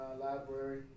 library